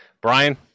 Brian